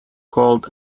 called